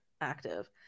active